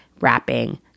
wrapping